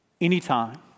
anytime